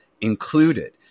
included